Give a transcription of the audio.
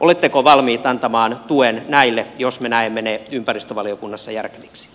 oletteko valmis antamaan tuen näille jos me näemme ne ympäristövaliokunnassa järkeviksi